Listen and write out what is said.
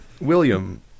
William